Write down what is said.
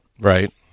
Right